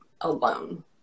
alone